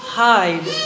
hide